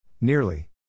Nearly